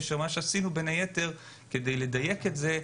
כאשר מה שעשינו בין היתר כדי לדייק את זה,